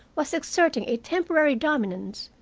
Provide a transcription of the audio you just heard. was exerting a temporary dominance,